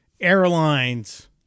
airlines